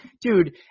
dude